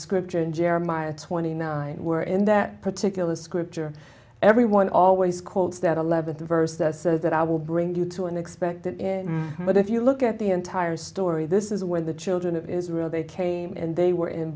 jeremiah twenty nine where in that particular scripture everyone always quotes that eleventh verse that says that i will bring you to an expected but if you look at the entire story this is where the children of israel they came and they were in